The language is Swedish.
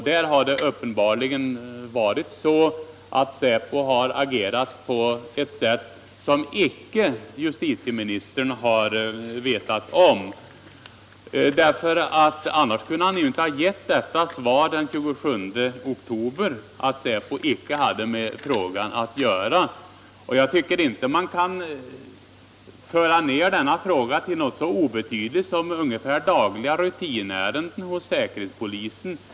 Där har det uppenbarligen varit så att säpo agerat på ett sätt som icke justitieministern har vetat om. Annars kunde han ju inte ha gett detta svar den 27 oktober, att säpo icke hade med frågan att göra. Jag tycker inte man kan föra ned denna fråga till något så obetydligt som ungefär dagliga rutinärenden hos säkerhetspolisen.